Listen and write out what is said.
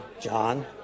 John